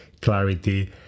clarity